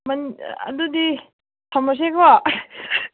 ꯑꯗꯨꯗꯤ ꯊꯝꯃꯁꯤꯀꯣ